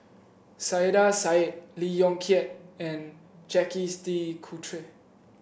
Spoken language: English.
Saiedah Said Lee Yong Kiat and Jacques De Coutre